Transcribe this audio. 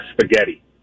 Spaghetti